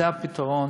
זה הפתרון.